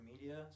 media